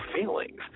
feelings